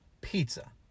pizza